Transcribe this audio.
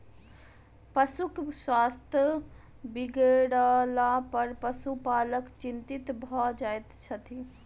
पशुक स्वास्थ्य बिगड़लापर पशुपालक चिंतित भ जाइत छथि